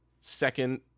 second